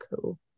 cool